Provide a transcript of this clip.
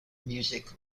music